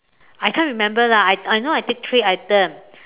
I can't remember lah I I know I take three items